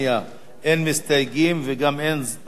אין מסתייגים וגם אין רשות דיבור.